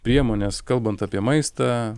priemonės kalbant apie maistą